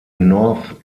north